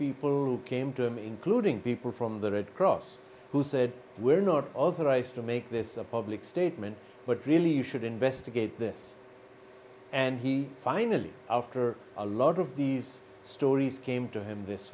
people who came to him including people from the red cross who said we're not authorized to make this a public statement but really you should investigate this and he finally after a lot of these stories came